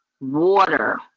water